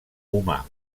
humà